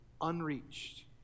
unreached